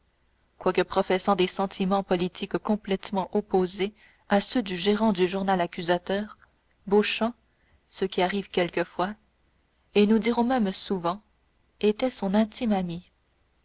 quoique professant des sentiments politiques complètement opposés à ceux du gérant du journal accusateur beauchamp ce qui arrive quelquefois et nous dirons même souvent était son intime ami